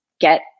get